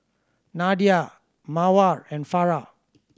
Nadia Mawar and Farah